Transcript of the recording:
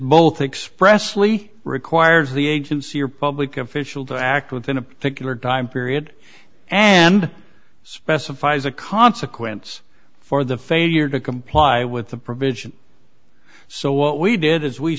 both express lee requires the agency or public official to act within a particular time period and specifies a consequence for the failure to comply with the provision so what we did is we